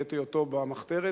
בעת היותו במחתרת,